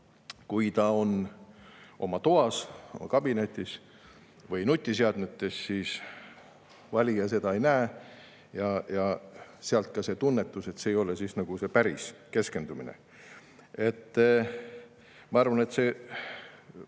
Kui ta on oma toas, kabinetis või nutiseadmetes, siis valija seda ei näe. Sealt ka see tunnetus, et see ei ole nagu päris keskendumine. Ma arvan, et see